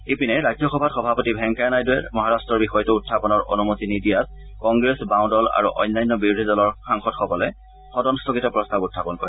ইপিনে ৰাজ্যসভাত সভাপতি ভেংকায়া নাইডুৱে মহাৰাট্টৰ বিষয়টো উখাপনৰ অনুমতি নিদিয়াত কংগ্ৰেছ বাওঁ দল আৰু অন্যান্য বিৰোধী দলৰ সাংসদসকলে সদন স্থগিত প্ৰস্তাৱ উখাপন কৰে